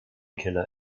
killer